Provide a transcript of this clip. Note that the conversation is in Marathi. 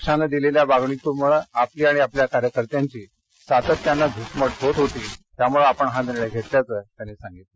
पक्षानं दिलेल्या वागणुकीमुळं आपली आणि आपल्या कार्यकर्त्यांची सातत्यानं घूसमट होत होती त्यामुळे हा निर्णय घेतल्याचं क्षीरसागर यांनी सांगितलं